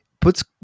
puts